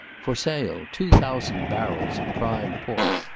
for sale, two thousand barrels of prime pork.